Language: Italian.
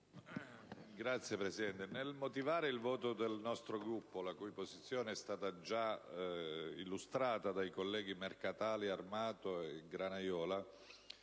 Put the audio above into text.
Signor Presidente, nel motivare il voto del nostro Gruppo, la cui posizione è stata già illustrata dai colleghi Mercatali, Armato e Granaiola,